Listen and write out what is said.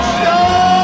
show